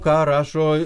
ką rašo